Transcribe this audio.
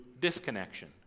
disconnection